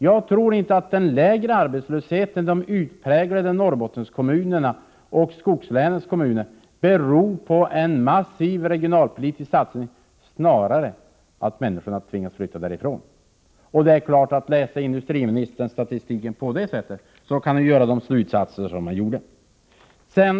Jag tror inte att den minskningen av arbetslösheten i Norrbottenkommunerna och i de utpräglade skogslänskommunerna beror på en massiv regionalpolitisk satsning, utan snarare på att människorna tvingas flytta därifrån. Om man läser statistiken så som industriministern gör, kan man naturligtvis dra de slutsatser som han anförde.